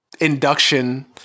induction